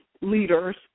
leaders